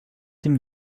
dem